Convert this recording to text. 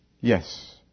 Yes